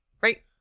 Right